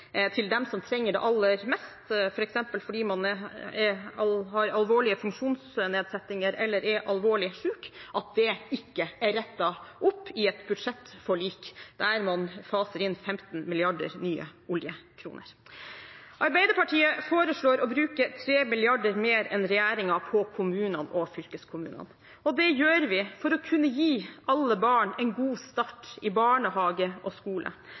til dem som trenger det aller mest, f.eks. fordi man har alvorlige funksjonsnedsettelser eller er alvorlig syk, ikke er rettet opp i et budsjettforlik der man faser inn 15 mrd. nye oljekroner. Arbeiderpartiet foreslår å bruke 3 mrd. kr mer enn regjeringen på kommunene og fylkeskommunene. Det gjør vi for å kunne gi alle barn en god start i barnehage og skole,